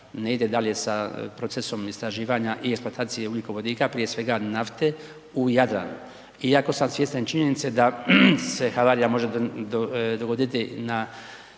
ne ide dalje sa procesom istraživanja i eksploatacije ugljikovodika, prije svega nafte u Jadranu iako sam svjestan činjenice da se havarija može dogoditi na